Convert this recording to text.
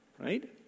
right